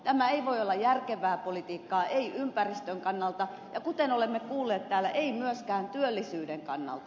tämä ei voi olla järkevää politiikkaa ympäristön kannalta ja kuten olemme kuulleet täällä ei myöskään työllisyyden kannalta